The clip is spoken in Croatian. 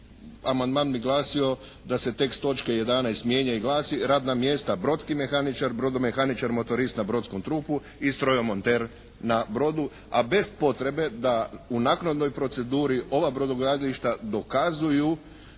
amandman bi glasio da se tekst točke 11. mijenja i glasi: "Radna mjesta brodski mehaničar, brodomehaničar, motorist na brodskom trupu i strojomonter na brodu" a bez potrebe da u naknadnoj proceduri ova brodogradilišta dokazuju